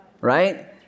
right